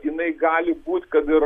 jinai gali būt kad ir